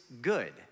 good